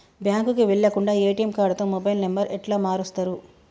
బ్యాంకుకి వెళ్లకుండా ఎ.టి.ఎమ్ కార్డుతో మొబైల్ నంబర్ ఎట్ల మారుస్తరు?